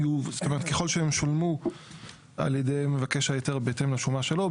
ככל שהם שולמו על ידי מבקש ההיתר בהתאם לשומה שלו,